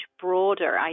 broader